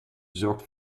zorgt